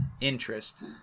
interest